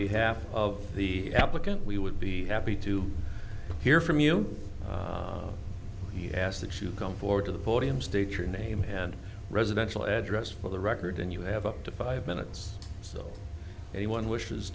behalf of the applicant we would be happy to hear from you he asked that you come forward to the podium state your name and residential address for the record and you have up to five minutes so any one wishes